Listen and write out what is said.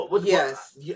Yes